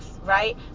right